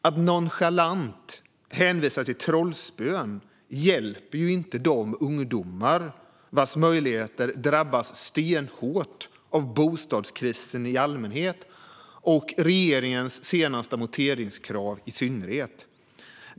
Att nonchalant hänvisa till trollspön hjälper inte de ungdomar vars möjligheter drabbas stenhårt av bostadskrisen i allmänhet och regeringens senaste amorteringskrav i synnerhet.